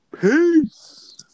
Peace